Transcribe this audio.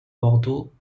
bordeaux